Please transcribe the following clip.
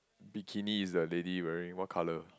bikini is the lady wearing what colour